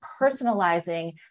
personalizing